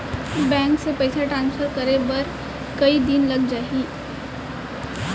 Bank से पइसा transfer करे बर कई दिन लग जाही?